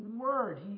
word